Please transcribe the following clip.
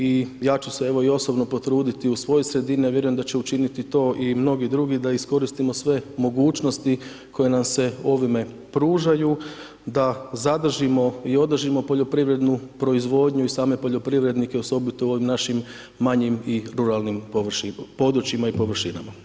I ja ću se evo i osobno potruditi u svojoj sredini a vjerujem da će učiniti to i mnogi drugi da iskoristimo sve mogućnosti koje nam se ovime pružaju da zadržimo i održimo poljoprivrednu proizvodnju i same poljoprivrednike osobito u ovim našim manjim i ruralnim područjima i površinama.